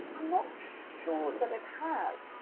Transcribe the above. i'm not sure that it has.